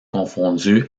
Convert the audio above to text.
confondu